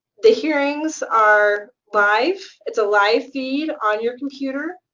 the hearings are live. it's a live feed on your computer,